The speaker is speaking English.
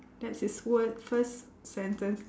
that's his word first sentence